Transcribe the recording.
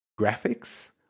graphics